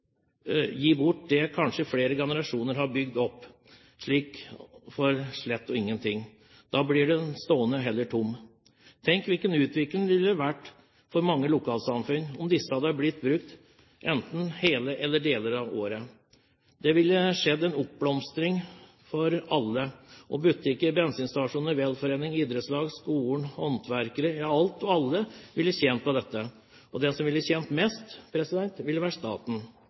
flere generasjoner har bygd opp. Da blir det heller stående tomt. Tenk hvilken utvikling det ville vært for mange lokalsamfunn om disse hadde blitt brukt enten hele eller deler av året. Det ville skjedd en oppblomstring for alle: Butikker, bensinstasjoner, velforeninger, idrettslag, skolen, håndverkere – ja, alt og alle ville tjent på dette. Og den som ville tjent mest, ville vært staten.